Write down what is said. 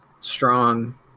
strong